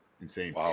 Insane